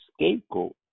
scapegoat